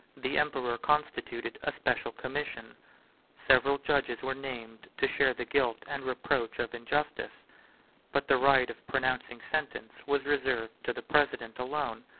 the emperor constituted a special commission several judges were named to share the guilt and reproach of injustice but the right of pronouncing sentence was reserved to the president alone,